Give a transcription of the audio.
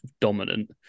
dominant